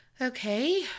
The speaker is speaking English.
okay